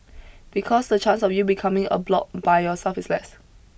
because the chance of you becoming a bloc by yourself is less